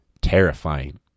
terrifying